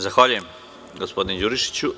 Zahvaljujem, gospodine Đurišiću.